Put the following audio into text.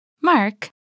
Mark